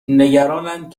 نگرانند